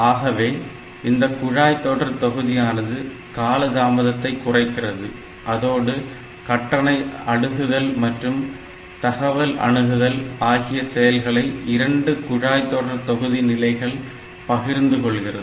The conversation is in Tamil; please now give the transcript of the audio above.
ஆகவே இந்த குழாய் தொடர் தொகுதியானது காலதாமதத்தை குறைக்கிறது அதோடு கட்டளை அணுகுதல் மற்றும் தகவல் அணுகுதல் ஆகிய செயல்களை 2 குழாய் தொடர் தொகுதி நிலைகள் பகிர்ந்து கொள்கிறது